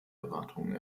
erwartungen